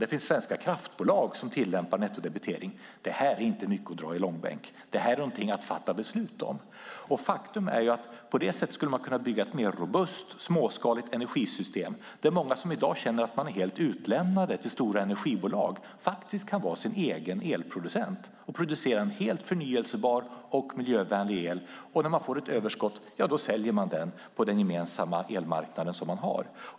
Det finns svenska kraftbolag som tillämpar nettodebitering. Detta är inte mycket att dra i långbänk, utan detta är någonting att fatta beslut om. Faktum är att man på det sättet skulle kunna bygga ett robustare småskaligt energisystem, där många som i dag känner att de är helt utlämnade till stora energibolag faktiskt kan vara sina egna elproducenter och producera en helt förnybar och miljövänlig el. När de får ett överskott säljer de den på den gemensamma elmarknad vi har.